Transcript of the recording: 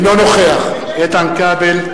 אינו נוכח איתן כבל,